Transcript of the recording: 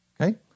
Okay